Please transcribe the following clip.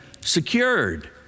secured